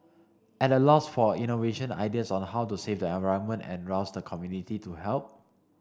at a loss for innovation ideas on how to save the environment and rouse the community to help